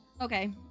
Okay